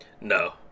No